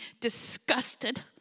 disgusted